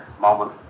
moment